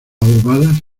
ovadas